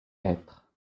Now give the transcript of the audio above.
hêtre